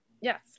Yes